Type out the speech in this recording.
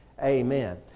amen